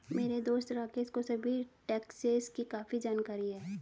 मेरे दोस्त राकेश को सभी टैक्सेस की काफी जानकारी है